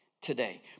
today